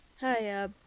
Hi